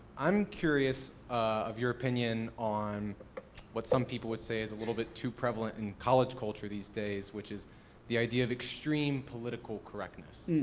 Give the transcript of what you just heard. i'm curious of your opinion on what some people would say is a little bit too prevalent in college culture these days, which is the idea of extreme political correctness.